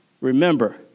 Remember